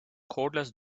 cordless